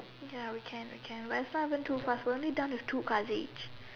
ya we can we can but it's not even too fast we are only done with two cards each